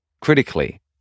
critically